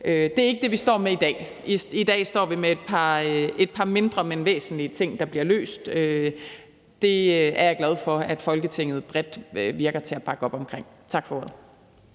Det er ikke det, vi står med i dag. I dag står vi med et par mindre, men væsentlige ting, der bliver løst. Jeg er glad for, at det ser ud til, at Folketinget bredt vil bakke op omkring det. Tak for ordet.